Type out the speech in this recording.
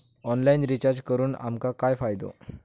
Online recharge करून आमका काय फायदो?